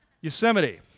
Yosemite